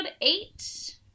eight